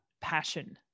passion